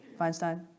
Feinstein